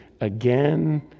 again